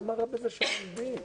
מה רע בזה שלומדים?